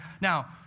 Now